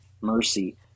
mercy